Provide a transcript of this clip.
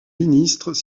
ministres